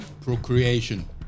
procreation